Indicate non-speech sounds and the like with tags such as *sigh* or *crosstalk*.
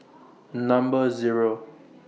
*noise* Number Zero